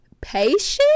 patient